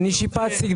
אני שיפצתי.